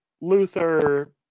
Luther